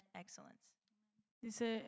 excellence